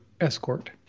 escort